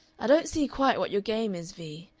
i don't see quite what your game is, vee,